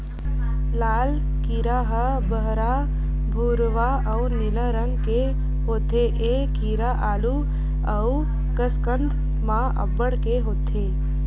लाल कीरा ह बहरा भूरवा अउ नीला रंग के होथे ए कीरा आलू अउ कसरकंद म अब्बड़ के होथे